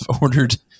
ordered